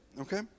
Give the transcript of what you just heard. okay